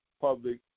public